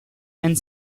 and